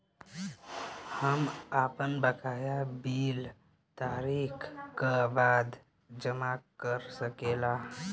हम आपन बकाया बिल तारीख क बाद जमा कर सकेला?